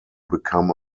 become